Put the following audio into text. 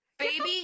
baby